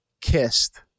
kissed